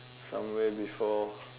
somewhere before